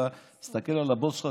תסתכל על הבוס שלך,